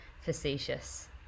facetious